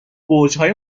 برجهای